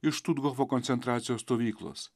iš štuthofo koncentracijos stovyklos